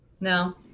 No